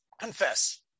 confess